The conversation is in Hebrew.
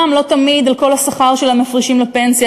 גם לא תמיד על כל השכר שלהם מפרישים לפנסיה,